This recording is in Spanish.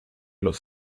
los